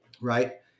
right